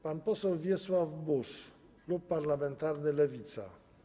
Pan poseł Wiesław Buż, klub parlamentarny Lewica.